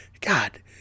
god